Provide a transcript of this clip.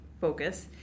focus